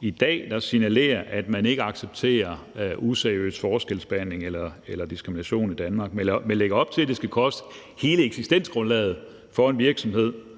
hvilket signalerer, at man ikke accepterer useriøs forskelsbehandling eller diskrimination i Danmark. Men at lægge op til, at det skal koste hele eksistensgrundlaget for en virksomhed,